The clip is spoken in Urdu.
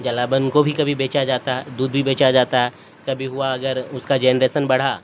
جلاون کو بھی کبھی بیچا جاتا ہے دودھ بھی بیچا جاتا ہے کبھی ہوا اگر اس کا جنریسن بڑھا